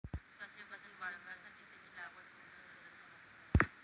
ऊसाचे वजन वाढवण्यासाठी त्याची लागवड कोणत्या दर्जाच्या मातीत करावी?